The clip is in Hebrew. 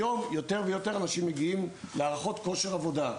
היום יותר ויותר אנשים מגיעים להערכות כושר עבודה.